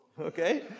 okay